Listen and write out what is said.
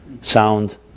sound